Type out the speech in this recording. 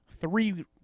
three